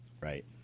Right